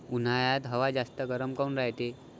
उन्हाळ्यात हवा जास्त गरम काऊन रायते?